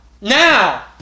now